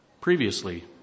previously